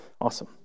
awesome